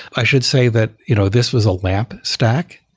i should say that you know this was a lamp stack.